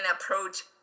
approach